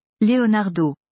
Leonardo